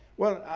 well,